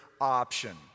option